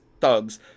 thugs